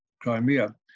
Crimea